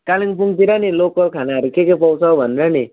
कालिम्पोङतिर नि लोकल खानाहरू के के पाउँछ भनेर नि